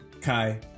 Kai